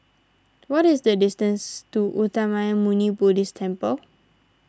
what is the distance to Uttamayanmuni Buddhist Temple